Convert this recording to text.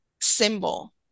symbol